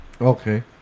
Okay